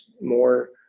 more